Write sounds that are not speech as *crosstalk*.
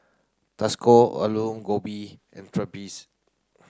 *unintelligible* Alu Gobi and Pretzel